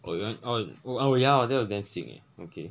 oh you want oh ya that'll be damn sick eh okay